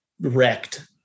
wrecked